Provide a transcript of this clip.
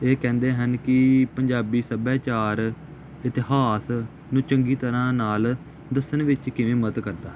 ਇਹ ਕਹਿੰਦੇ ਹਨ ਕਿ ਪੰਜਾਬੀ ਸੱਭਿਆਚਾਰ ਇਤਿਹਾਸ ਨੂੰ ਚੰਗੀ ਤਰ੍ਹਾਂ ਨਾਲ ਦੱਸਣ ਵਿੱਚ ਕਿਵੇਂ ਮਦਦ ਕਰਦਾ ਹੈ